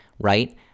right